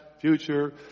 future